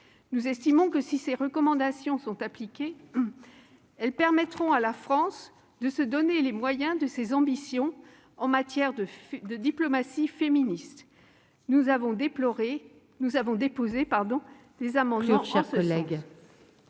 Nous estimons que, si ces recommandations sont appliquées, elles permettront à la France de se donner les moyens de ses ambitions en matière de diplomatie féministe. Nous avons déposé des amendements en ce sens.